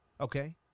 Okay